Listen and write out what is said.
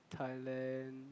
Thailand